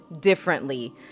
differently